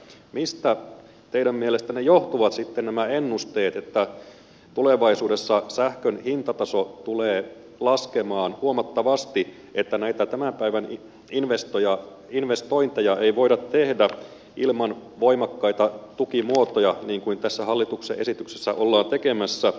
mistä teidän mielestänne johtuvat sitten nämä ennusteet että tulevaisuudessa sähkön hintataso tulee laskemaan huomattavasti että näitä tämän päivän investointeja ei voida tehdä ilman voimakkaita tukimuotoja niin kuin tässä hallituksen esityksessä ollaan tekemässä